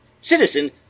citizen